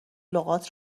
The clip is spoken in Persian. لغات